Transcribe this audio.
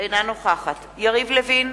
אינה נוכחת יריב לוין,